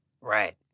Right